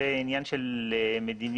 זה עניין של מדיניות.